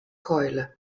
keule